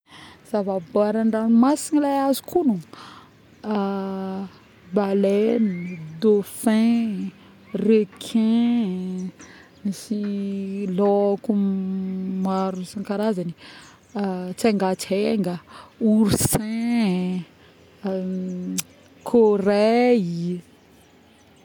zava-boahary andragnomasigny le azoko ognona baleine, dauphin, requin, sy lôko maro isan-karazagny tsengatsenga, oursin.yy, corail.yy